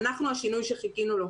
אנחנו השינוי שחיכינו לו,